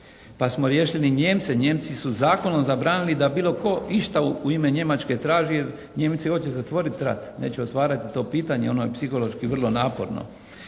Pa smo riješili Nijemce, Nijemci su zakonom zabranili da bilo tko išta u ime Njemačke traži jer Nijemci hoće zatvoriti rat, neće otvarati to pitanje. Ono je psihološki vrlo naporno.